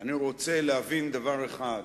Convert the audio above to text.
אני רוצה להבין דבר אחד,